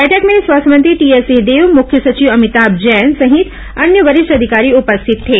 बैठक में स्वास्थ्य मंत्री टीएस सिंहदेव मुख्य सचिव अभिताभ जैन सहित अन्य वरिष्ठ अधिकारी उपस्थित थे